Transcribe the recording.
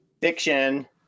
Fiction